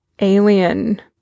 alien